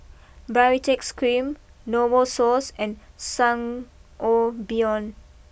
Bbaritex cream Novosource and Sangobion